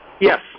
Yes